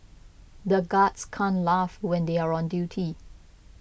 the guards can't laugh when they are on duty